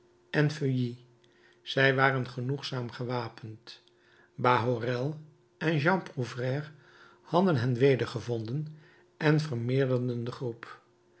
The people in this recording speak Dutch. en feuilly zij waren genoegzaam gewapend bahorel en jean prouvaire hadden hen wedergevonden en vermeerderden de groep